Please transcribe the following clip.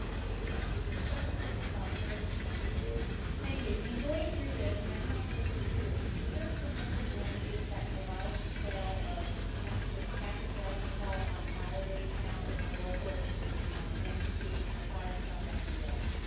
thank you mr. speaker question for the sponsor go ahead thank you in going through this i saw there's a new is there a permissive language that allows the sale of i'm not sure if it's packaged alcohol on holidays now if a local entity i thought i saw that in the bill